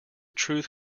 truth